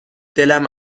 دلم